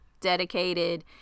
dedicated